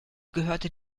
gehörte